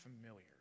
familiar